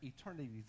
eternity